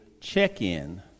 check-in